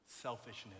selfishness